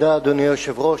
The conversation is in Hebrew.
אדוני היושב-ראש,